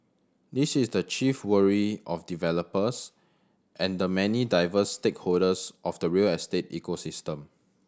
this is the chief worry of developers and the many diverse stakeholders of the real estate ecosystem